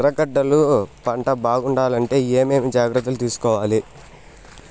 ఎర్రగడ్డలు పంట బాగుండాలంటే ఏమేమి జాగ్రత్తలు తీసుకొవాలి?